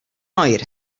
oer